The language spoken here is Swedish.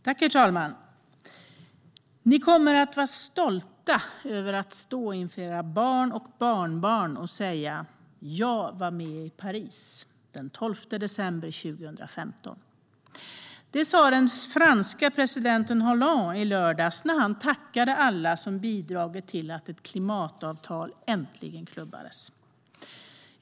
Herr talman! Ni kommer att vara stolta över att stå inför era barn och barnbarn och säga: Jag var med i Paris den 12 december 2015. Så sa den franske presidenten Hollande i lördags när han tackade alla som bidragit till att ett klimatavtal äntligen klubbades igenom.